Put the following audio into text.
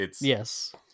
Yes